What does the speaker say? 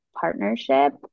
partnership